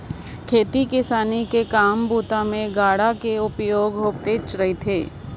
खेती किसानी कर काम बूता मे गाड़ा कर उपयोग होतेच रहिस